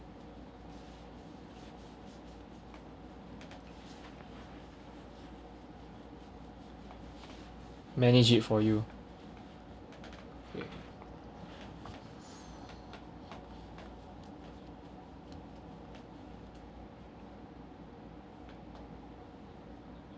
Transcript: manage it for you